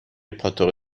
پاتوق